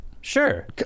Sure